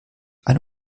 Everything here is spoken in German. eine